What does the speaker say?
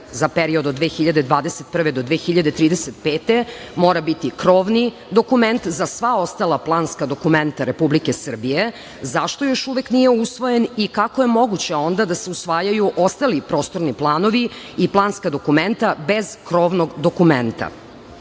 za period od 2021. godine do 2035. godine mora biti krovni dokument za sva ostala planska dokumenta Republike Srbije? Zašto još uvek nije usvojen i kako je moguće onda da se usvajaju ostali prostorni planovi i planska dokumenta bez krovnog dokumenta? Sledeće